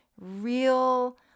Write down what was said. real